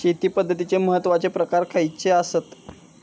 शेती पद्धतीचे महत्वाचे प्रकार खयचे आसत?